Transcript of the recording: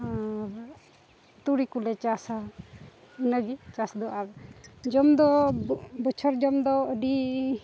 ᱟᱨ ᱛᱩᱲᱤ ᱠᱚᱞᱮ ᱪᱟᱥᱟ ᱤᱱᱟᱹ ᱜᱮ ᱪᱟᱥ ᱫᱚ ᱟᱨ ᱡᱚᱢ ᱫᱚ ᱵᱚᱪᱷᱚᱨ ᱡᱚᱢ ᱫᱚ ᱟᱹᱰᱤ